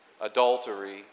adultery